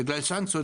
בגלל סנקציות,